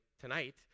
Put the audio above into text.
tonight